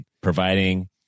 providing